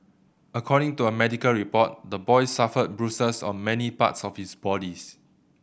according to a medical report the boy suffered bruises on many parts of his body